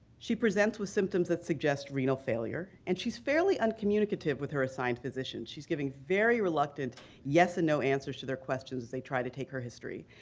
she presents with symptoms that suggest renal failure, and she's fairly uncommunicative with her assigned physician. she's giving very reluctant yes and no answers to their questions as they try to take her history.